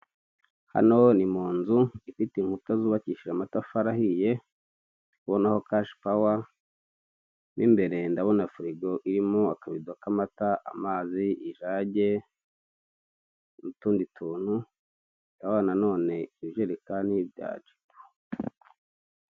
Hano ni munzu ifite inkuta zubakishije amatafari ahiye, ubonaho kashi pawa mo imbere ndabona furigo irimo akabido k'amata, amazi ijage, n'utundi tuntu, ndabona nanone ijerekani.